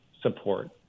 support